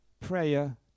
prayer